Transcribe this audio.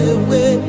away